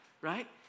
right